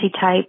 type